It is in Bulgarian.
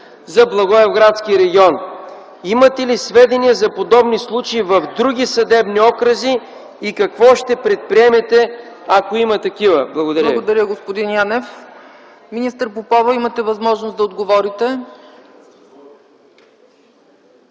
за Благоевградския регион? Имате ли сведения за подобни случаи в други съдебни окръзи и какво ще предприемете, ако има такива? Благодаря ви. ПРЕДСЕДАТЕЛ ЦЕЦКА ЦАЧЕВА: Благодаря, господин Янев. Министър Попова, имате възможност да отговорите.